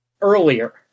earlier